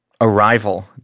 arrival